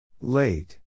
Late